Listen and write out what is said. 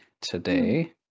today